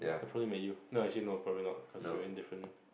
I probably met you no actually no probably not cause we are in different